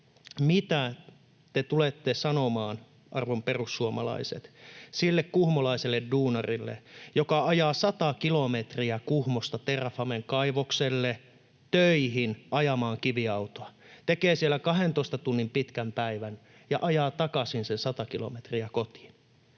Mitä te tulette sanomaan, arvon perussuomalaiset, sille kuhmolaiselle duunarille, joka ajaa sata kilometriä Kuhmosta Terrafamen kaivokselle töihin ajamaan kiviautoa, tekee siellä 12 tunnin pitkän päivän ja ajaa takaisin sen sata kilometriä kotiin?